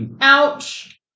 Ouch